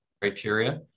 criteria